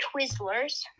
Twizzlers